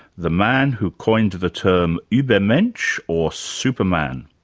the man who coined the term ubermensch or superman.